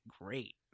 great